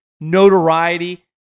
notoriety